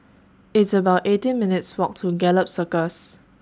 It's about eighteen minutes' Walk to Gallop Circus